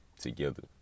together